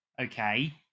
okay